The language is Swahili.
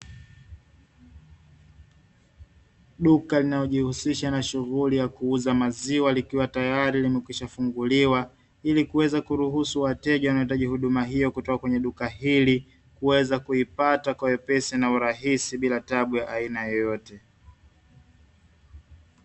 Duka linalojihusisha na shughuli ya kuuza maziwa likiwa tayari limekwisha funguliwa, ili kuweza kuruhusu wateja wanaohitaji huduma hiyo kutoka kwenye duka hili, kuweza kuipata kwa wepesi na urahisi bila tabu ya aina yoyote.